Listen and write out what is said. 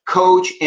coach